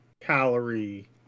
calorie